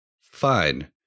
Fine